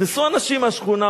נכנסו אנשים מהשכונה,